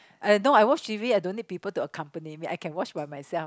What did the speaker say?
no I watch t_v I don't need people to accompany me I can watch by myself